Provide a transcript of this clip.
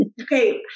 Okay